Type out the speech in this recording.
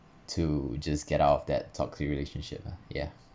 to just get out of that toxic relationship lah ya